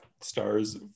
stars